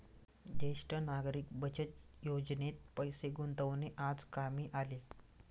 ज्येष्ठ नागरिक बचत योजनेत पैसे गुंतवणे आज कामी आले